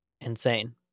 Insane